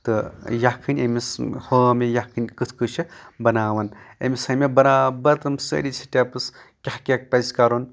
تہٕ یکھٕنۍ أمِس ہٲو مےٚ یکھٕنۍ کِتھۍ کٲٹھۍ چھِ بِناوان أمِس ہٲے مےٚ برابر تِم سٲری سِٹیٚپس کیٚاہ کیٚاہ پَزِ کَرُن